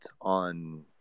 on